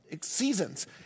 seasons